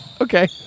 Okay